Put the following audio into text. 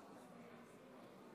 התקבלה.